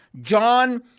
John